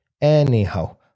Anyhow